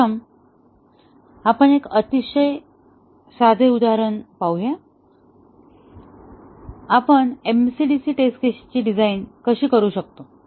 प्रथम आपण एक अतिशय साधे उदाहरण पाहूया आपण MCDC टेस्ट केसेसची डिझाईन कशी करू शकतो